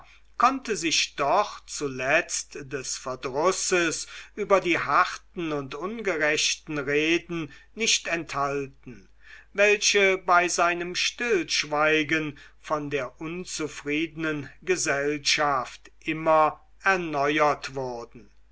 konnte sich doch zuletzt des verdrusses über die harten und ungerechten reden nicht enthalten welche bei seinem stillschweigen von der unzufriednen gesellschaft immer erneuert wurden